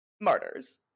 Martyrs